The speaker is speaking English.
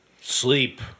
sleep